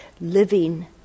living